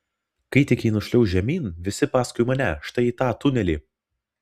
kai tik ji nušliauš žemyn visi paskui mane štai į tą tunelį